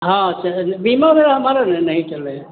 हाँ सर बीमा वगैरह हमारा नहीं चल रहे हैं